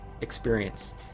experience